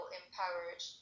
empowered